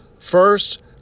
first